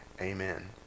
amen